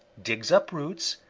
digs up roots,